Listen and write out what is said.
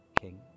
king